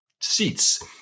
seats